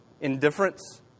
indifference